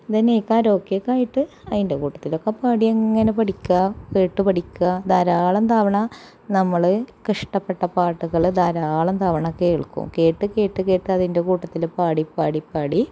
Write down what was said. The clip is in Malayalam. കരോക്കെക്കയായിട്ട് അതിൻ്റെ കൂട്ടത്തിലൊക്കെ പാടി അങ്ങനെ പഠിക്കുക കേട്ട് പഠിക്കുക ധാരാളം തവണ നമ്മള് ഇഷ്ടപ്പെട്ട പാട്ടുകള് ധാരാളം തവണ കേൾക്കും കേട്ട് കേട്ട് കേട്ട് അതിൻറെ കൂട്ടത്തില് പാടി പാടി പാടി